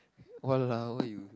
!walao! eh